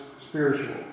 spiritual